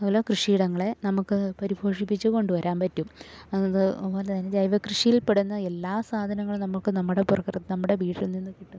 അതു പോലെ കൃഷിയിടങ്ങളെ നമുക്ക് പരിപോഷിപ്പിച്ച് കൊണ്ടു വരാൻ പറ്റും അതു പോലെ തന്നെ ജൈവ കൃഷിയിൽ പെടുന്ന എല്ലാ സാധനങ്ങളും നമുക്ക് നമ്മുടെ പ്രകൃതിയിൽ നമ്മുടെ വീട്ടിൽ നിന്ന് കിട്ടുന്ന